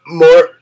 more